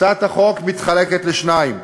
הצעת החוק מתחלקת לשניים,